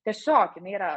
tiesiog jinai yra